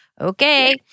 Okay